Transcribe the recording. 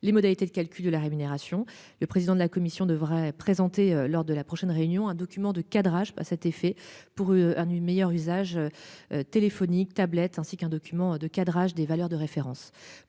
les modalités de calcul de la rémunération. Le président de la commission devrait présenter lors de la prochaine réunion. Un document de cadrage. À cet effet pour un une meilleur usage. Téléphonique tablettes ainsi qu'un document de cadrage des valeurs de référence